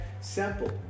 Simple